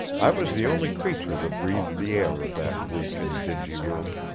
i was the only creature that breathed the air of that bleak and dingy room.